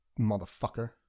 motherfucker